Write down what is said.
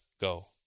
go